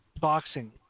boxing